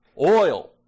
Oil